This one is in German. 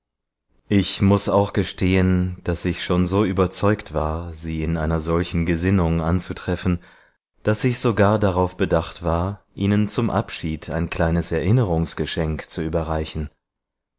ich muß auch gestehen daß ich schon so überzeugt war sie in einer solchen gesinnung anzutreffen daß ich sogar darauf bedacht war ihnen zum abschied ein kleines erinnerungsgeschenk zu überreichen